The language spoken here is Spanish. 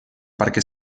parque